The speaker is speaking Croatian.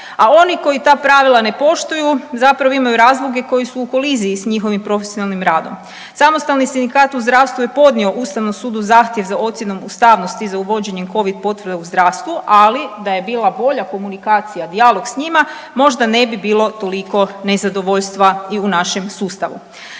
a oni koji ta pravila ne poštuju zapravo imaju razloge koji su u koliziji s njihovim profesionalnim radom. Samostalni sindikat u zdravstvu je podnio ustavnom sudu zahtjev za ocjenom ustavnosti za uvođenjem covid potvrda u zdravstvu, ali da je bila bolja komunikacija i dijalog s njima možda ne bi bilo toliko nezadovoljstva i u našem sustavu.